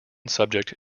subject